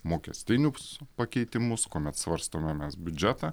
mokestinius pakeitimus kuomet svarstome mes biudžetą